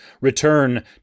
Return